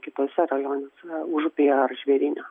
kituose rajonuose užupyje ar žvėryne